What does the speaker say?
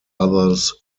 others